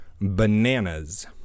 bananas